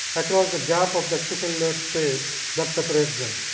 across the gap of the extracellular space that separates them.